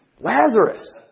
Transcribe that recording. Lazarus